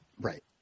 Right